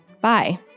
Bye